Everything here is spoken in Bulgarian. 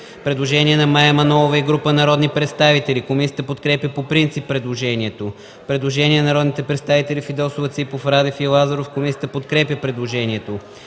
представител Мая Манолова и група народни представители. Комисията подкрепя по принцип предложението. Предложение на народните представители Фидосова, Ципов, Радев и Лазаров: Комисията подкрепя предложението.